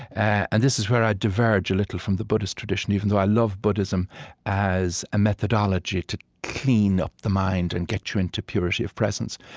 and this is where i diverge a little from the buddhist tradition, even though i love buddhism as a methodology to clean up the mind and get you into purity of presence.